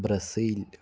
Brazil